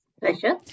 Pleasure